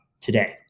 today